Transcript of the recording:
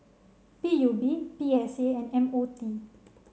B U B B S A and M O D